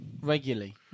Regularly